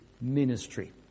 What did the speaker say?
ministry